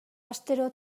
astero